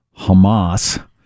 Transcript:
Hamas